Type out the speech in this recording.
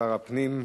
שר הפנים,